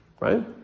right